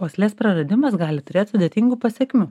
uoslės praradimas gali turėt sudėtingų pasekmių